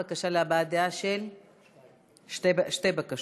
בבקשה, גברתי.